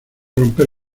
romper